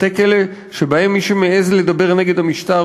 בתי-כלא שבהם מי שמעז לדבר נגד המשטר